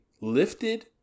lifted